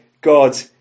God